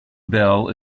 bell